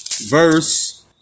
verse